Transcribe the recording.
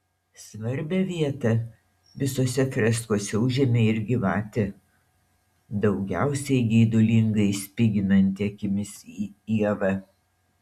svarbią vietą visose freskose užėmė ir gyvatė daugiausiai geidulingai spiginanti akimis į ievą